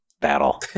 battle